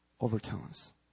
overtones